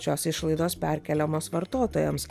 šios išlaidos perkeliamos vartotojams